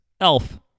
Elf